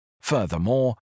Furthermore